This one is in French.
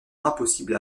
impossible